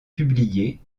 publiées